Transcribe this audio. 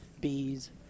bees